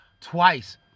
twice